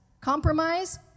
compromise